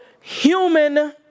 human